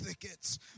thickets